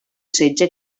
setge